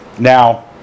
Now